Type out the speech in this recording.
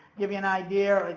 give you an idea.